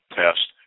test